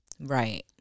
right